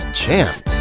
chant